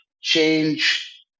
change